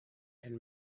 and